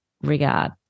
regard